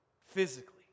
physically